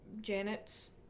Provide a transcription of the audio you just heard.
Janet's